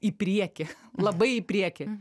į priekį labai į priekį